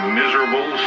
miserable